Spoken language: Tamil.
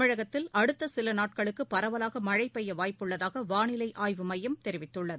தமிழகத்தில் அடுத்தசிலநாட்களுக்குபரவலாகமழைபெய்யவாய்ப்புள்ளதாகவாளிலைஆய்வு மையம் தெரிவித்துள்ளது